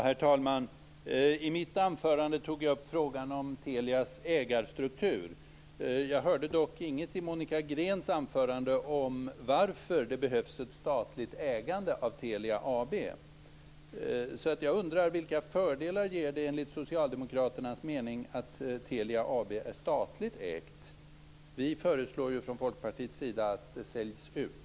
Herr talman! I mitt anförande tog jag upp frågan om Telias ägarstruktur. Jag hörde dock inget i Monica Greens anförande om varför det behövs ett statligt ägande av Telia AB. Jag undrar alltså vilka fördelar det enligt Socialdemokraterna ger att Telia AB är statligt ägt. Från Folkpartiets sida föreslår vi att det säljs ut.